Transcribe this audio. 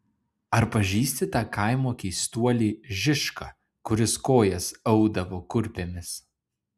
ar pažįsti tą kaimo keistuolį žišką kuris kojas audavo kurpėmis